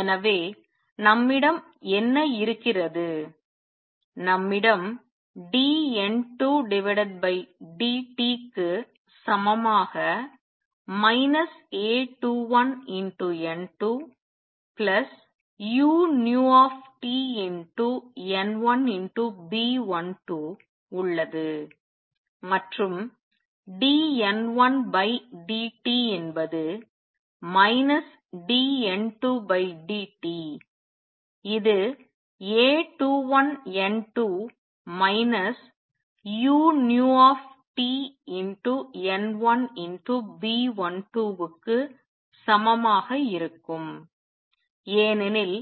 எனவே நம்மிடம் என்ன இருக்கிறது நம்மிடம் dN2dt க்கு சமமாக A21N2 uTN1B12உள்ளது மற்றும் dN1dt என்பது dN2dt இது A21N2 uTN1B12 க்கு சமமாக இருக்கும் ஏனெனில்